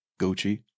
Gucci